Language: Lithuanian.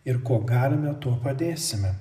ir kuo galime tuo padėsime